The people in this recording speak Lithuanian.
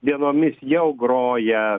dienomis jau groja